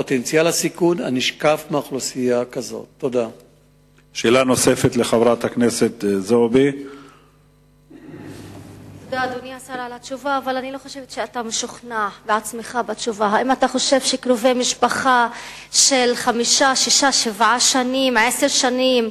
1. מדוע הוטל איסור על ביקור קרובי משפחה מדרגה שנייה אצל אסירים?